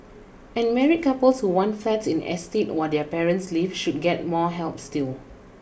and married couples who want flats in estates where their parents live should get more help still